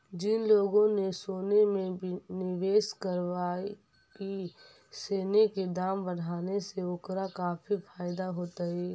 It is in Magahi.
जिन लोगों ने सोने में निवेश करकई, सोने के दाम बढ़ने से ओकरा काफी फायदा होतई